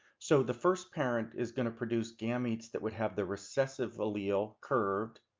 so the first parent is going to produce gametes that would have the recessive allele curved,